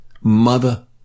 mother